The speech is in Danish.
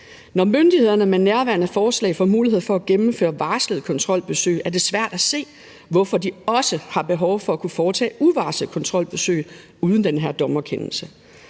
Når myndighederne med nærværende forslag får mulighed for at gennemføre varslede kontrolbesøg, er det svært at se, hvorfor de også har behov for at kunne foretage uvarslede kontrolbesøg uden den her dommerkendelse.